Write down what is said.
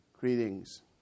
greetings